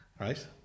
Right